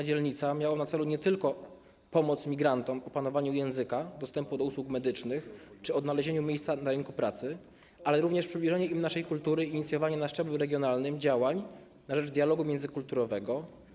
Dzielnica, miało na celu nie tylko pomoc migrantom w opanowaniu języka, ułatwienie dostępu do usług medycznych czy pomoc w odnalezieniu miejsca na rynku pracy, lecz także przybliżenie im naszej kultury i inicjowanie na szczeblu regionalnym działań na rzecz dialogu międzykulturowego.